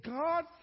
god